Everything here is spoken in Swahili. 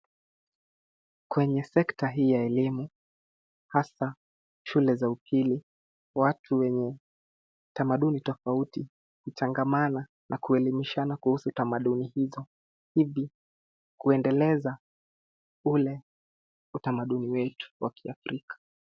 Kwenye sekta hii ya elimu hasa shule za upili, watu wenye tamaduni tofauti huchangamana na kuelimishana kuhusu tamaduni hizo ili kuendeleza ule utamaduni wetu wa kiafrika.